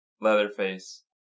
Leatherface